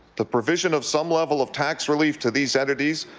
the provision of some level of tax relief to these entities,